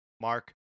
Mark